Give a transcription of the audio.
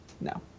No